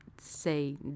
say